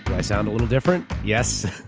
i sound a little different? yes,